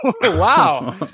Wow